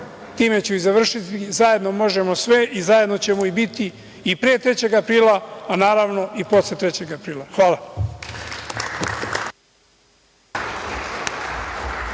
time ću i završiti, zajedno možemo sve i zajedno ćemo i biti i pre 3. aprila, a naravno, i posle 3. aprila. Hvala.